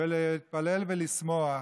ולהתפלל ולשמוח,